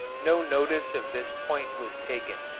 no notice of this point was taken,